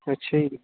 ਅੱਛਾ ਜੀ